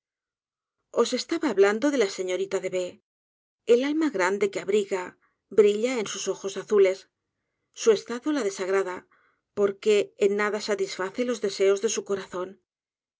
consuno os estaba hablando de la señorita de el alma grande que abriga briltaea sus ojos azules su estado la desagrada porque en nada satisface los deseos de su corazón